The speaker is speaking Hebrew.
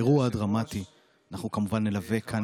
באמת בצער רב אני עומד כאן